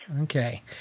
Okay